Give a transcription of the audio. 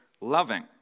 loving